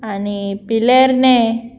आनी पिलेर्न